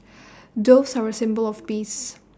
doves are A symbol of peace